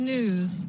News